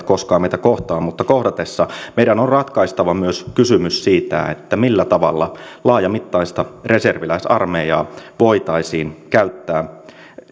koskaan meitä kohtaa kohdatessa meidän on ratkaistava myös kysymys siitä millä tavalla laajamittaista reserviläisarmeijaa voitaisiin käyttää